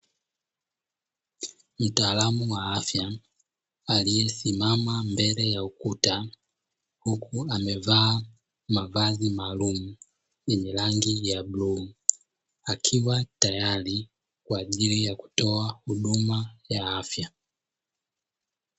Mtaalamu wa afya aliyesimama mbele ya ukuta huku amevaa mavazi maalumu yenye rangi ya bluu akiwa tayari kwa ajili ya kutoa huduma ya afya.